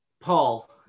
Paul